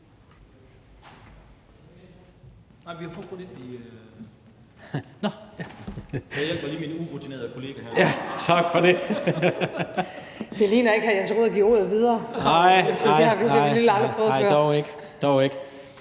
tak for det.